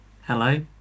Hello